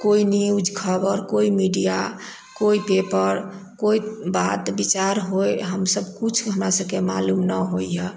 कोइ न्यूज खबर कोइ मीडिया कोइ पेपर कोइ बात बिचार होय हमसब कुछ हमरा सबके मालूम न होइया